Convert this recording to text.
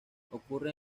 ocurren